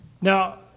Now